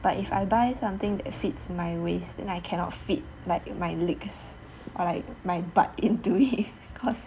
but if I buy something that fits my waist then I cannot fit like my legs or like my butt into it cause